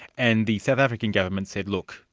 and the south african government said, look,